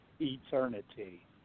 eternity